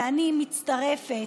ואני מצטרפת.